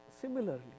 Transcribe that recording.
Similarly